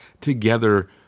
together